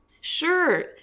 Sure